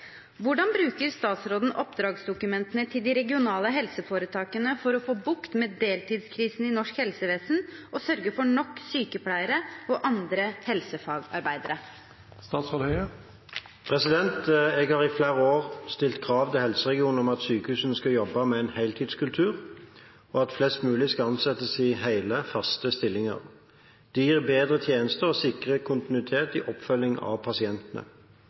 Hvordan bruker statsråden oppdragsdokumentene til de regionale helseforetakene for å få bukt med deltidskrisen i norsk helsevesen og sørge for nok sykepleiere og andre helsefagarbeidere?» Jeg har i flere år stilt krav til helseregionene om at sykehusene skal jobbe med en heltidskultur, og at flest mulig skal ansettes i hele faste stillinger. Det gir bedre tjenester og sikrer kontinuitet i oppfølgingen av pasientene.